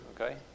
Okay